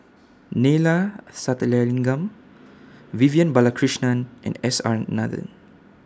Neila Sathyalingam Vivian Balakrishnan and S R Nathan